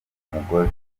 umugore